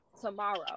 tomorrow